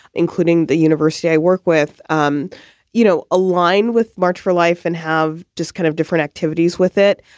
including the university i work with, um you know, align with march for life and have just kind of different activities with it,